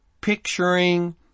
picturing